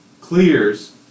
clears